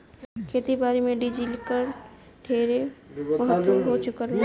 खेती बारी में डिजिटलीकरण के ढेरे महत्व हो चुकल बा